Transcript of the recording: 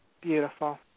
beautiful